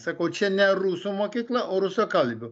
sakau čia ne rusų mokykla o rusakalbių